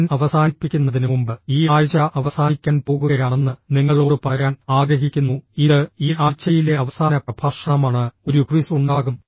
ഞാൻ അവസാനിപ്പിക്കുന്നതിന് മുമ്പ് ഈ ആഴ്ച അവസാനിക്കാൻ പോകുകയാണെന്ന് നിങ്ങളോട് പറയാൻ ആഗ്രഹിക്കുന്നു ഇത് ഈ ആഴ്ചയിലെ അവസാന പ്രഭാഷണമാണ് ഒരു ക്വിസ് ഉണ്ടാകും